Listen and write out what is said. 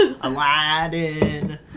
Aladdin